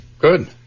good